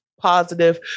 positive